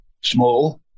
small